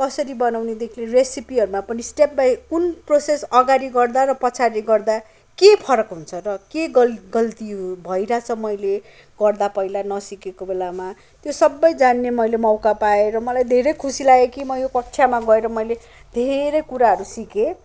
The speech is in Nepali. कसरी बनाउनेदेखि रेसिपीहरूमा पनि स्टेप बाई स्टेप कुन प्रोसेस अगाडि गर्दा र पछाडि गर्दा के फरक हुन्छ र के गल गल्तीहरू भइरहेछ मैले गर्दा पहिला नसिकेको बेलामा त्यो सबै जान्ने मैले मौका पाएँ र मलाई धेरै खुसी लाग्यो कि म यो कक्षामा गएर मैले धेरै कुराहरू सिकेँ